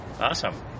Awesome